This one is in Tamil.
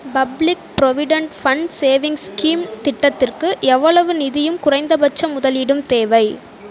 public provident fund savings scheme திட்டத்திற்கு எவ்வளவு நிதியும் குறைந்தபட்ச முதலீடும் தேவை